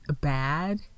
bad